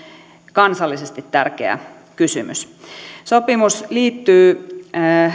kansallisesti tärkeä kysymys sopimus liittyy